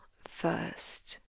first